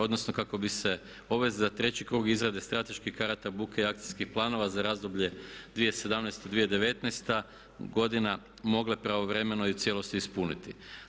Odnosno kako bi se … za 3. krug izrade strateških karata buke i akcijskih planova za razdoblje 2017.-2019. godina mogle pravovremeno i u cijelosti ispuniti.